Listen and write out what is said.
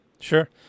Sure